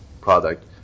product